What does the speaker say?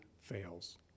fails